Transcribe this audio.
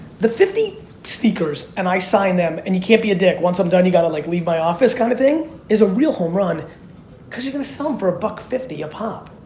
the fifty sneakers, and i sign them and you can't be a dick. once i'm done you gotta like leave my office kind of thing is a real home run cause you're gonna sell em for a buck fifty a pop.